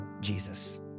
Jesus